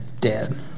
dead